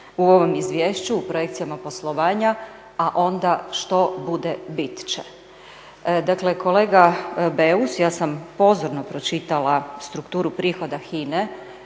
u ovom izvješću, u projekcijama poslovanja a onda što bude bit će. Dakle, kolega Beus ja sam pozorno pročitala strukturu prihoda HINA-e